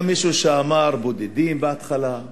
היה מישהו שאמר "בודדים" בהתחלה.